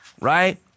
Right